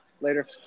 Later